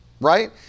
right